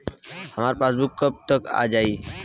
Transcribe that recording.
हमार पासबूक कब तक आ जाई?